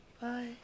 Bye